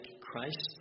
Christ